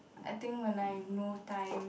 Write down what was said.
I think when I no time